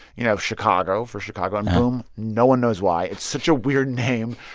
you know, chicago for chicago, and boom no one knows why. it's such a weird name.